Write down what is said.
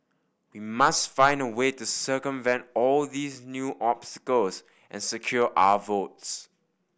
we must find a way to circumvent all these new obstacles and secure our votes